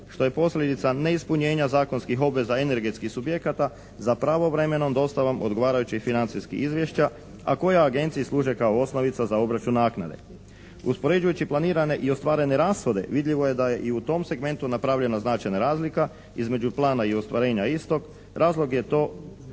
što je posljedica neispunjenja zakonskih obveza energetskih subjekata za pravovremenom dostavom odgovarajućih financijskih izvješća, a koja Agenciji služe kao osnovica za obračun naknade. Uspoređujući planirane i ostvarene rashode vidljivo je da je i tom segmentu napravljena značajna razlika između plana i ostvarenja istog. Razlog za to